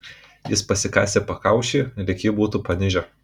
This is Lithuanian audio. jis pasikasė pakaušį lyg jį būtų panižę